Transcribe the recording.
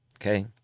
okay